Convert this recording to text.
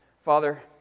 Father